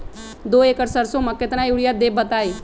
दो एकड़ सरसो म केतना यूरिया देब बताई?